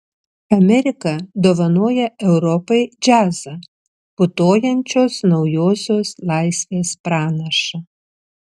amerika dovanoja europai džiazą putojančios naujosios laisvės pranašą